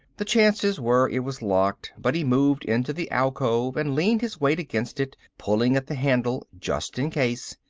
the chances were it was locked, but he moved into the alcove and leaned his weight against it, pulling at the handle, just in case.